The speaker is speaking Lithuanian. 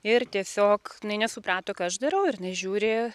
ir tiesiog jinai nesuprato ką aš darau ir jinai žiūri